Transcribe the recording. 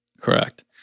Correct